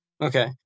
Okay